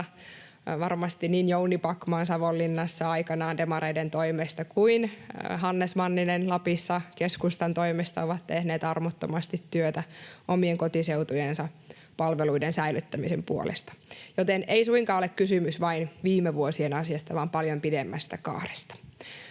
varmasti niin Jouni Backman Savonlinnassa aikanaan demareiden toimesta kuin Hannes Manninen Lapissa keskustan toimesta, ovat tehneet armottomasti työtä omien kotiseutujensa palveluiden säilyttämisen puolesta, joten ei suinkaan ole kysymys vain viime vuosien asiasta vaan paljon pidemmästä kaaresta.